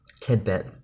tidbit